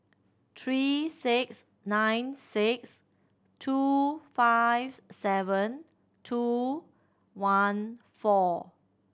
three six nine six two five seven two one four